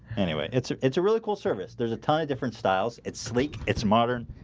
anyway, it's ah it's a really cool service. there's a ton of different styles. it's sleek. it's modern